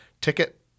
ticket